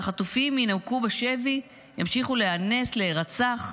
שהחטופים ינמקו בשבי, ימשיכו להיאנס, להירצח.